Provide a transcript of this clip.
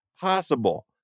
possible